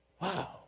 Wow